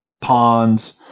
ponds